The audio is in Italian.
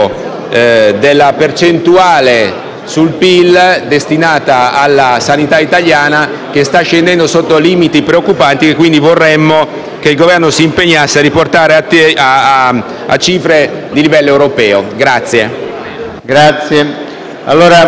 della percentuale sul PIL destinata alla sanità italiana. Tale percentuale sta scendendo sotto limiti preoccupanti, che vorremmo il Governo si impegnasse a riportare a cifre di livello europeo.